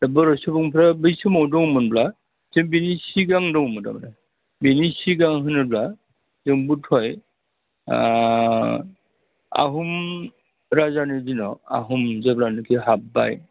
दा बर' सुबुंफ्रा बै समाव दंमोनब्ला जों बेनि सिगां दंमोन थारमाने बेनि सिगां होनोब्ला जों बधय आहम राजानि दिनाव आहम जेब्लानोखि हाब्बाय